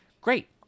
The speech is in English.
great